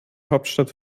hauptstadt